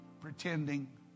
pretending